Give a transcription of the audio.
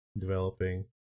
developing